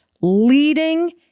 leading